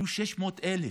היו 600,000,